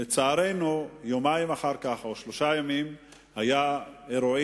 לצערנו, יומיים או שלושה ימים אחר כך היו אירועים